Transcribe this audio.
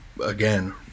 again